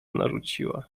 narzuciła